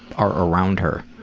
are around her?